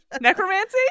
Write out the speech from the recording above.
Necromancy